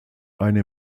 eine